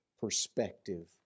perspective